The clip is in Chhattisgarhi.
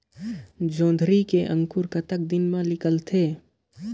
जोंदरी के अंकुर कतना दिन मां निकलथे?